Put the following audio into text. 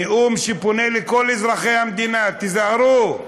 נאום שפונה לכל אזרחי המדינה: תיזהרו,